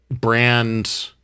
brand